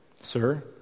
Sir